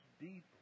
deeply